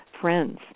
friends